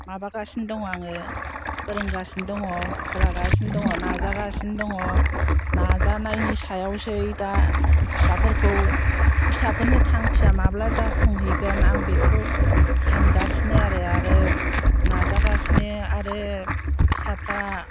माबागासिनो दङ आङो फोरोंगासिनो दङ फोरागासिन दङ नाजागासिनो दङ नाजानायनि सायावसै दा फिसाफोरखौ फिसाफोरनि थांखिया माब्ला जाफुंहैगोन आं बेखौ सानगासिनो आरो आरो नाजागासिनो आरो फिसाफ्रा